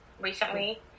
recently